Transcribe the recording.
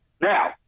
Now